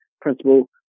principal